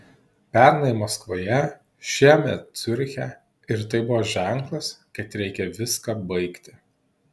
pernai maskvoje šiemet ciuriche ir tai buvo ženklas kad reikia viską baigti